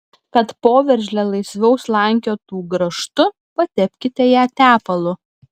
kad poveržlė laisviau slankiotų grąžtu patepkite ją tepalu